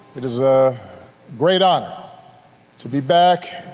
it is a great honor to be back